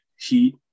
Heat